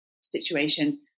situation